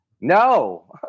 No